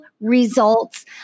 results